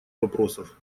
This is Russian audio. вопросов